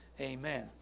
Amen